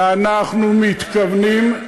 ואנחנו מתכוונים,